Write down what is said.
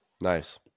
Nice